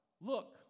look